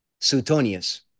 Suetonius